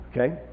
Okay